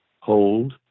hold